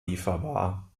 lieferbar